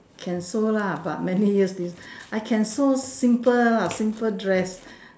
can sew lah but many years didn't I can sew simple simple dress